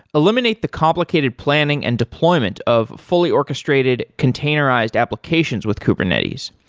eliminate the complicated planning and deployment of fully-orchestrated containerized applications with kubernetes.